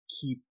keep